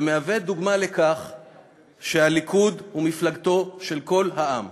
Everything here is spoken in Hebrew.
ומהווה דוגמה לכך שהליכוד הוא מפלגתו של כל העם.